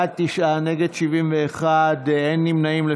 בעד, תשעה, נגד, 71, אין נמנעים.